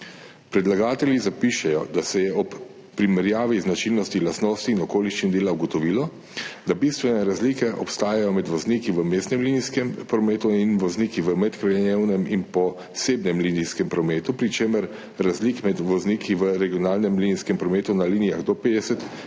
Predlagatelji zapišejo, da se je ob primerjavi značilnosti, lastnosti in okoliščin dela ugotovilo, da bistvene razlike obstajajo med vozniki v mestnem linijskem prometu in vozniki v medkrajevnem in posebnem linijskem prometu, pri čemer razlik med vozniki v regionalnem linijskem prometu na linijah do 50 kilometrov